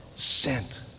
Sent